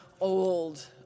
old